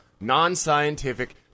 non-scientific